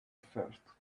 first